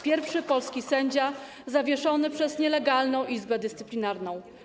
Pierwszy polski sędzia zawieszony przez nielegalną Izbę Dyscyplinarną.